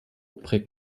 prägt